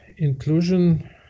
Inclusion